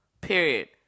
Period